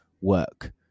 work